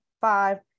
five